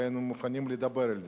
והיינו מוכנים לדבר על זה.